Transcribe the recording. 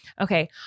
Okay